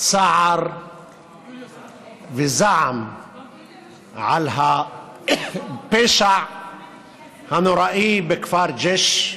צער וזעם על הפשע הנוראי בכפר ג'ש,